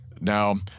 Now